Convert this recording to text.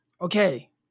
okay